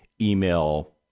email